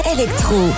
Electro